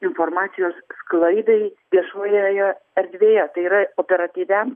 informacijos sklaidai viešojoje erdvėje tai yra operatyviam